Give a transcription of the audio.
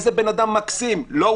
איזה בן אדם מקסים" לא,